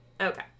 Okay